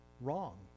wrong